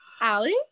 Allie